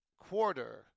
quarter